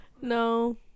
No